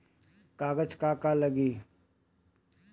कागज का का लागी?